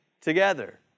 together